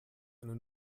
eine